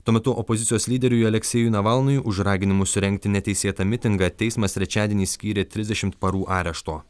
tuo metu opozicijos lyderiui aleksėjui navalnui už raginimus surengti neteisėtą mitingą teismas trečiadienį skyrė trisdešim parų arešto